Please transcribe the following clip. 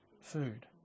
food